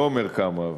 אבל אני לא אומר כמה.